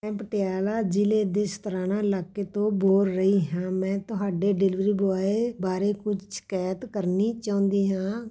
ਮੈਂ ਪਟਿਆਲਾ ਜ਼ਿਲ੍ਹੇ ਦੇ ਸਤਰਾਣਾ ਇਲਾਕੇ ਤੋਂ ਬੋਲ ਰਹੀ ਹਾਂ ਮੈਂ ਤੁਹਾਡੇ ਡਿਲੀਵਰੀ ਬੋਆਏ ਬਾਰੇ ਕੁਛ ਸ਼ਿਕਾਇਤ ਕਰਨੀ ਚਾਹੁੰਦੀ ਹਾਂ